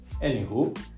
Anywho